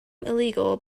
illegal